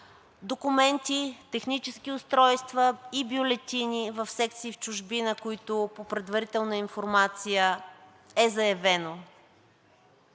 документи, технически устройства и бюлетини в секции в чужбина, в които по предварителна информация от